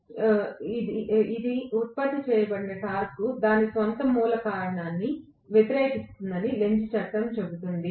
కాబట్టి ఉత్పత్తి చేయబడిన టార్క్ దాని స్వంత మూల కారణాన్ని వ్యతిరేకిస్తుందని లెంజ్ చట్టం చెబుతుంది